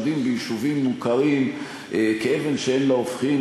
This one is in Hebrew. עומדים ביישובים מוכרים כאבן שאין לה הופכין,